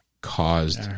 caused